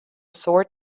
sword